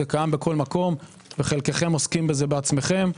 זה קיים בכל מקום וחלקכם עוסקים בזה בעצמכם.